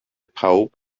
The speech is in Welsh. pawb